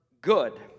good